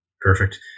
Perfect